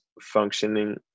functioning